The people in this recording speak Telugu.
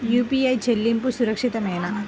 యూ.పీ.ఐ చెల్లింపు సురక్షితమేనా?